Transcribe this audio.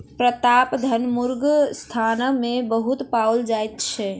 प्रतापधन मुर्ग राजस्थान मे बहुत पाओल जाइत छै